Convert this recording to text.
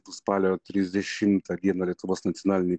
bus spalio trisdešimtą dieną lietuvos nacionalinėj